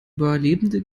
überlebende